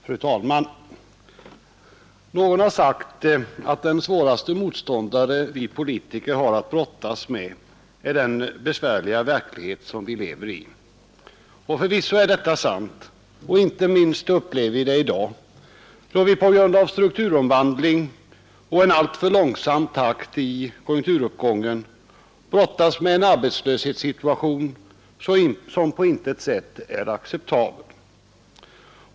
Fru talman! Någon har sagt att den svåraste motståndare vi politiker har att brottas med är den verklighet som vi lever i, och förvisso är detta sant. Inte minst upplever vi det i dag, då vi på grund av strukturomvandling och en alltför långsam takt i konjunkturuppgången brottas med en arbetslöshetssituation som på intet sätt är acceptabel.